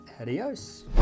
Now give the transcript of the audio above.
adios